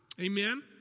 Amen